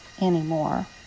anymore